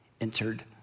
entered